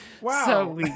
Wow